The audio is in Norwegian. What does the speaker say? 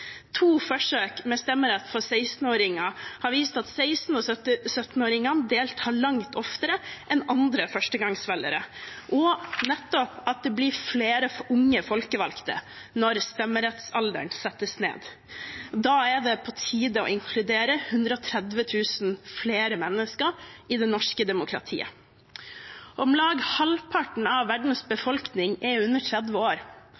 To forsøk med stemmerett for 16-åringer har vist at 16- og 17-åringene deltar langt oftere enn andre førstegangsvelgere, og at det blir flere unge folkevalgte når stemmerettsalderen settes ned. Da er det på tide å inkludere 130 000 flere mennesker i det norske demokratiet. Om lag halvparten av verdens befolkning er under 30 år,